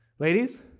Ladies